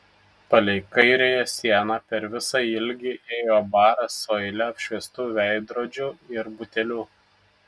palei kairiąją sieną per visą ilgį ėjo baras su eile apšviestų veidrodžių ir butelių